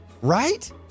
Right